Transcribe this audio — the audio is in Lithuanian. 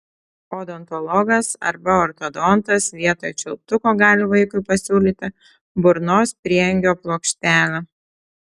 odontologas arba ortodontas vietoj čiulptuko gali vaikui pasiūlyti burnos prieangio plokštelę